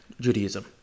Judaism